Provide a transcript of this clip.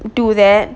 do that